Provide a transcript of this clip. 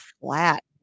flat